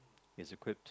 is equipped